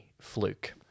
fluke